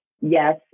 Yes